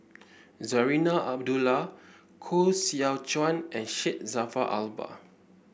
Zarinah Abdullah Koh Seow Chuan and Syed Jaafar Albar